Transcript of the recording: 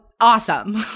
Awesome